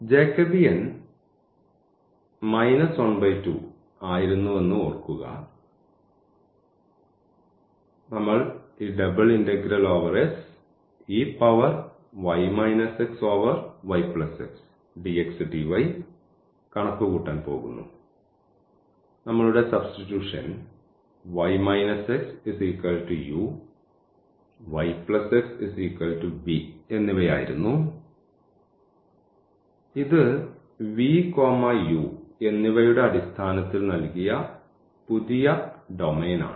Jacobian 12 ആയിരുന്നുവെന്ന് ഓർക്കുക നമ്മൾ ഈ കണക്കുകൂട്ടാൻ പോകുന്നു നമ്മളുടെ സബ്സ്റ്റിട്യൂഷൻ y x v എന്നിവയായിരുന്നു ഇത് v u എന്നിവയുടെ അടിസ്ഥാനത്തിൽ നൽകിയ പുതിയ ഡൊമെയ്ൻ ആണ്